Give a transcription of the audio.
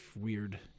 weird